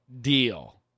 deal